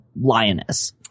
lioness